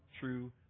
true